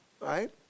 right